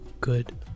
good